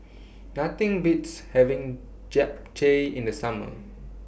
Nothing Beats having Japchae in The Summer